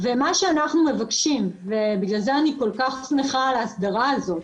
ומה שאנחנו מבקשים ובגלל זה אני כל כך שמחה על ההסדרה הזאת,